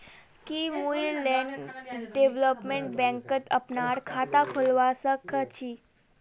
की मुई land development बैंकत अपनार खाता खोलवा स ख छी?